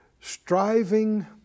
Striving